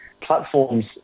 platforms